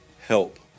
help